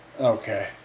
Okay